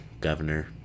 governor